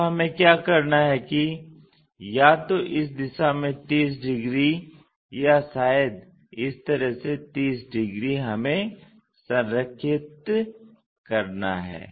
तो हमें क्या करना है कि या तो इस दिशा में 30 डिग्री या शायद इस तरह से 30 डिग्री हमें संरेखित करना है